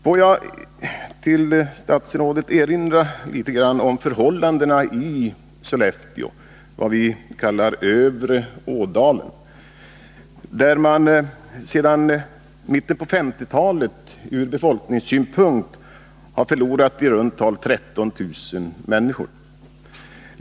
Får jag något erinra statsrådet om förhållandena i Sollefteå — i vad vi kallar övre Ådalen — där man sedan mitten på 1950-talet ur befolkningssynpunkt har förlorat i runt tal 13000 människor.